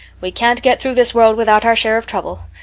we can't get through this world without our share of trouble.